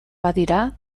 badira